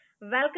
Welcome